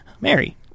Mary